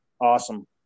Awesome